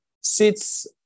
sits